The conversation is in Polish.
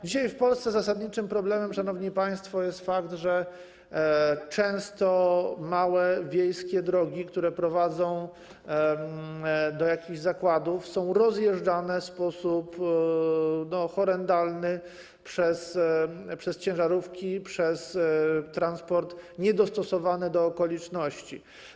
Dzisiaj w Polsce zasadniczym problemem, szanowni państwo, jest fakt, że często małe, wiejskie drogi, które prowadzą do jakichś zakładów, są rozjeżdżane w sposób horrendalny przez ciężarówki, przez transport niedostosowany do okoliczności.